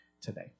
today